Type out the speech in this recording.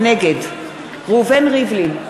נגד ראובן ריבלין,